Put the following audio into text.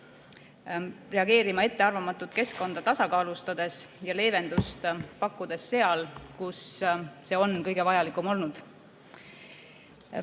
reageerima ettearvamatut keskkonda tasakaalustades ja leevendust pakkudes seal, kus see on kõige vajalikum olnud.